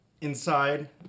inside